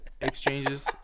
exchanges